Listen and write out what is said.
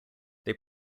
they